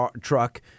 truck